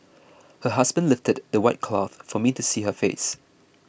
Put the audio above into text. her husband lifted the white cloth for me to see her face